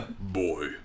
Boy